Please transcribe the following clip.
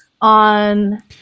on